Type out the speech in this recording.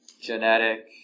genetic